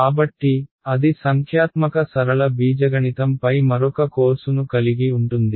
కాబట్టి అది సంఖ్యాత్మక సరళ బీజగణితం పై మరొక కోర్సును కలిగి ఉంటుంది